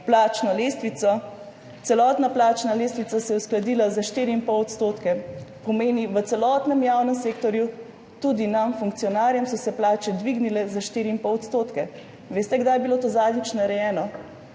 plačno lestvico. Celotna plačna lestvica se je uskladila za 4,5 %, pomeni v celotnem javnem sektorju, tudi nam funkcionarjem so se plače dvignile za 4,5 %. Veste, kdaj je bilo to zadnjič narejeno?